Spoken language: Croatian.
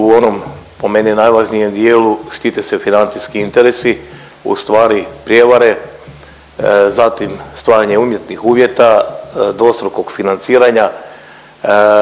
u onom po meni najvažnijem dijelu štite se financijski interesi, ustvari prijevare, zatim stvaranje umjetnih uvjeta dvostrukog financiranja